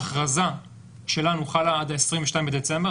ההכרזה שלנו חלה עד ה-22 בדצמבר,